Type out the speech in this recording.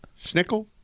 Snickle